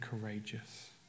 courageous